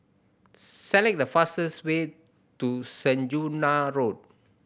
select the fastest way to Saujana Road